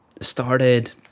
started